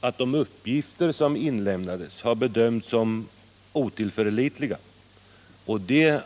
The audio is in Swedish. Att de uppgifter som inlämnades bedömdes som otillförlitliga har till stor del